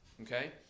okay